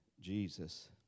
Jesus